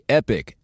epic